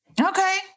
Okay